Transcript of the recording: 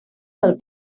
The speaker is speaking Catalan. del